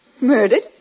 murdered